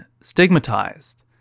stigmatized